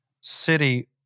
city